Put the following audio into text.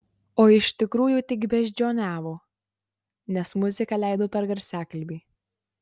o iš tikrųjų tik beždžioniavo nes muziką leido per garsiakalbį